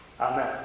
Amen